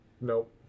nope